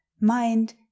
Mind